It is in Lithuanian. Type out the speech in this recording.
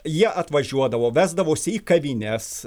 jie atvažiuodavo vesdavosi į kavines